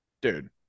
dude